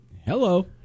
Hello